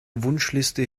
wunschliste